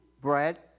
bread